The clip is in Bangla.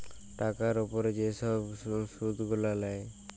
টাকার উপরে যে ছব গুলা সুদ লেয়